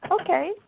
Okay